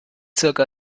zirka